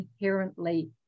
inherently